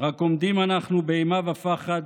רק עומדים אנחנו באימה ופחד,